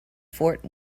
fort